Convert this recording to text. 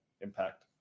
impact